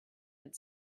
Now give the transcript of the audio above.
had